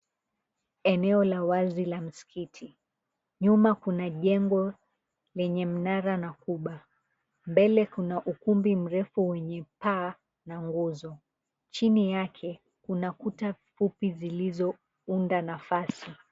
Eneo la wazi la msikiti. Nyuma kuna jengo lenye mnara na huba. Mbele kuna ukumbi mrefu wenye paa na nguzo. Chini yake, kuna kuta fupi zilizounda nafasi.